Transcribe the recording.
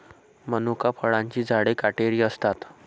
मनुका फळांची झाडे काटेरी असतात